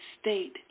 state